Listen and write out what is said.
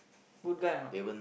good guy or not